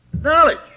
Knowledge